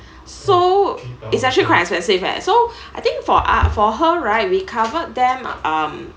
so it's actually quite expensive eh so I think for ah for her right we covered them um